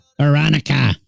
Veronica